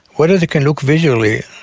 whether they can look visually,